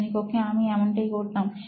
শ্রেণিকক্ষে অামি এমনটাই করতাম